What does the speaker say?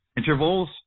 intervals